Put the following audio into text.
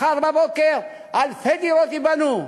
מחר בבוקר אלפי דירות ייבנו,